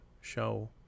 show